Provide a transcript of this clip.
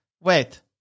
wait